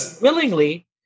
willingly